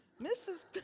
Mrs